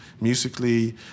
Musically